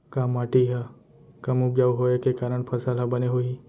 का माटी हा कम उपजाऊ होये के कारण फसल हा बने होही?